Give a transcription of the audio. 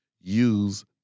use